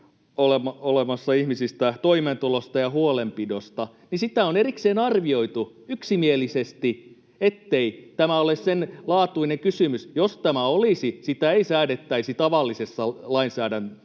olevista ihmisistä, toimeentulosta ja huolenpidosta, niin siitä on erikseen arvioitu yksimielisesti, ettei tämä ole senlaatuinen kysymys. Jos tämä olisi, sitä ei säädettäisi tavallisessa